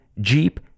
Jeep